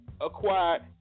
acquired